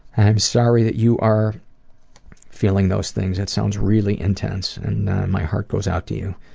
i am sorry that you are feeling those things, it sounds really intense, and my heart goes out to you.